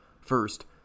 First